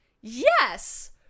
Yes